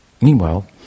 meanwhile